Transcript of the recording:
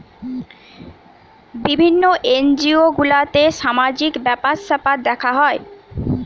বিভিন্ন এনজিও গুলাতে সামাজিক ব্যাপার স্যাপার দেখা হয়